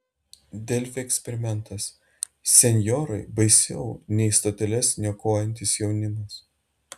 delfi eksperimentas senjorai baisiau nei stoteles niokojantis jaunimas